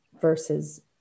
versus